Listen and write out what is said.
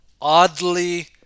oddly